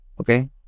Okay